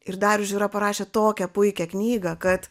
ir dar žiūra parašė tokią puikią knygą kad